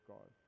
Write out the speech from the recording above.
God